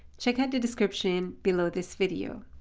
check out the description below this video.